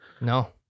No